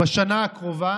בשנה הקרובה,